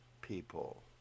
people